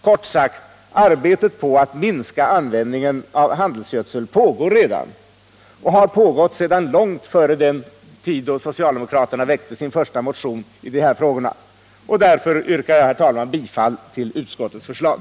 Kort sagt: Arbetet på att minska användningen av handelsgödsel pågår redan och har pågått sedan långt före den tid då socialdemokraterna väckte sin första motion i dessa frågor. Därför yrkar jag, herr talman, bifall till utskottets förslag.